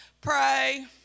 pray